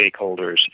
stakeholders